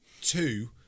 two